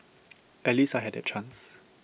at least I had that chance